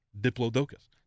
diplodocus